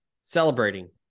celebrating